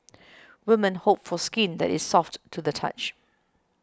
women hope for skin that is soft to the touch